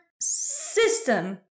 system